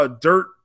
dirt